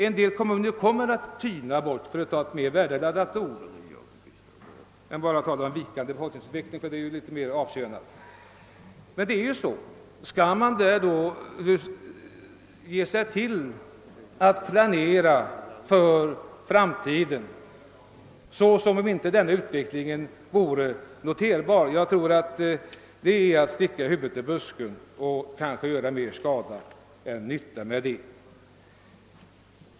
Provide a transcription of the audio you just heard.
En del kommuner kommer att tyna bort — för att ta ett mer värdeladdat ord än vikande befolkningsutveckling som är litet mer avkönat. Skall man då planera för framtiden såsom om inte denna utveckling vore noterbar? Jag tror att det är att sticka huvudet i busken och kanske göra mer skada än nytta med det.